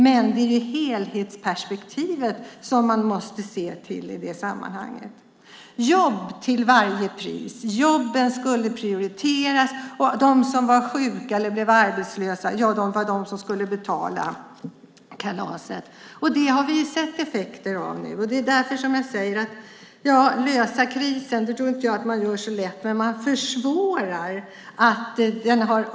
Men man måste se till helhetsperspektivet i det sammanhanget. Jobb till varje pris - jobben skulle prioriteras, och de som blev sjuka eller arbetslösa skulle betala kalaset. Det har vi sett effekterna av nu. Det är därför jag säger att "lösa krisen", det tror jag inte att man gör så lätt, men nu försvårar man den ju.